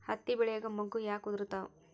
ಹತ್ತಿ ಬೆಳಿಯಾಗ ಮೊಗ್ಗು ಯಾಕ್ ಉದುರುತಾವ್?